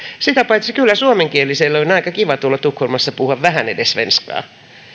sitä paitsi kyllä suomenkieliselle on aika kiva tuolla tukholmassa puhua vähän edes svenskaa